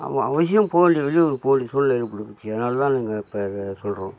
ஆமாம் அவசியம் போக வேண்டிய போக வேண்டிய சூழ்நிலை ஏற்பட்டு போயிச்சி அதனால தான் நாங்கள் இப்போ சொல்கிறோம்